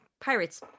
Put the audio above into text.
Pirates